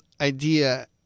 idea